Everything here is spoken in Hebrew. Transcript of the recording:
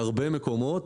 בהרבה מקומות.